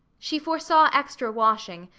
she foresaw extra washing,